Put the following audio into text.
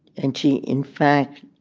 and she, in fact,